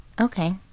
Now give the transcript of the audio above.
Okay